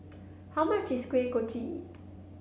how much is Kuih Kochi